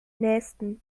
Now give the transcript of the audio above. nähesten